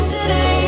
City